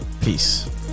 Peace